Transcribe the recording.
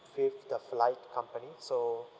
with the flight company so